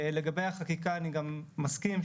לגבי החקיקה אני גם מסכים,